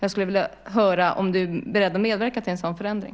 Jag skulle vilja höra om du är beredd att medverka till en sådan förändring.